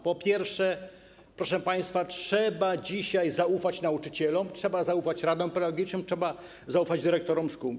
Po pierwsze, proszę państwa, trzeba dzisiaj zaufać nauczycielom, trzeba zaufać radom pedagogicznym, trzeba zaufać dyrektorom szkół.